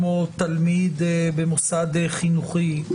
כמו תלמיד במוסד חינוכי,